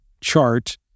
chart